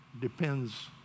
depends